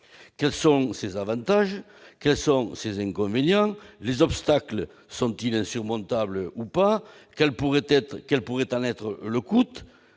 Quels sont ses avantages et ses inconvénients ? Les obstacles sont-ils insurmontables ? Quel pourrait en être le coût ?